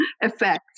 effect